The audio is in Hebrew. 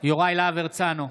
יוראי להב הרצנו,